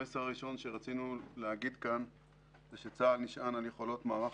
המסר הראשון הוא שצה"ל נשען על יכולות מערך